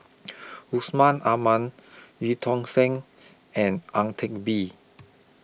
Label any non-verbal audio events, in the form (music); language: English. (noise) Yusman Aman EU Tong Sen and Ang Teck Bee